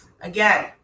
Again